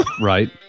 Right